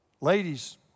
Ladies